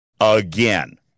again